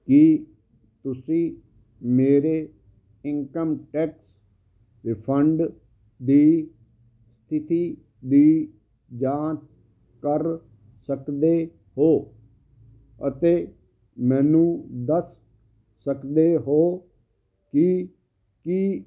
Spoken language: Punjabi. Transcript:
ਕੀ ਤੁਸੀਂ ਮੇਰੇ ਇਨਕਮ ਟੈਕਸ ਰਿਫੰਡ ਦੀ ਸਥਿਤੀ ਦੀ ਜਾਂਚ ਕਰ ਸਕਦੇ ਹੋ ਅਤੇ ਮੈਨੂੰ ਦੱਸ ਸਕਦੇ ਹੋ ਕਿ ਕੀ